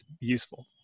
useful